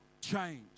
change